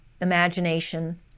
imagination